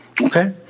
Okay